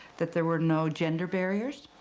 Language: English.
that there were no gender barriers.